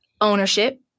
Ownership